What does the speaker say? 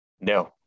No